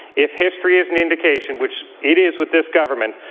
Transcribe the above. if history is an indication which it is with this government,